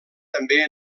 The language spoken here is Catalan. també